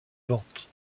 ventes